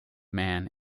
man